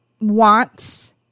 wants